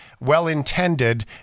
well-intended